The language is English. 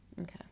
Okay